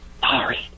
Sorry